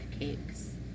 cakes